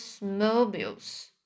mobiles